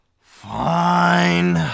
Fine